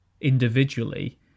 individually